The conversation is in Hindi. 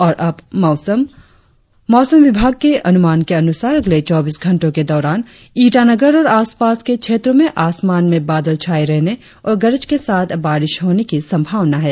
और अब मौसम मौसम विभाग के अनुमान के अनुसार अगले चौबीस घंटो के दौरान ईटानगर और आसपास के क्षेत्रो में आसमान में बादल छाये रहने और गरज के साथ बारिस होने की संभावना है